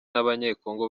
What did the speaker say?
n’abanyekongo